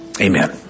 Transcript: Amen